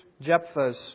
Jephthah's